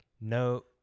no